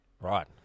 Right